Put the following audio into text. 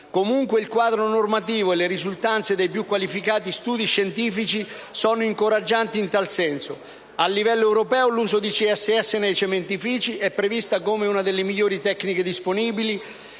Comunque, il quadro normativo e le risultanze dei più qualificati studi scientifici sono incoraggianti in tal senso. A livello europeo, l'uso di CSS nei cementifici è previsto come una delle migliori tecniche disponibili;